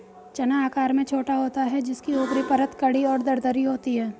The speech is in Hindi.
चना आकार में छोटा होता है जिसकी ऊपरी परत कड़ी और दरदरी होती है